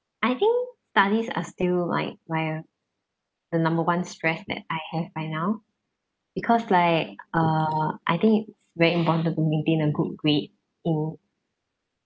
I think studies are like my the number one stress that I have by now because like uh I think it's very important to maintain a good grade to